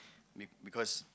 be~ because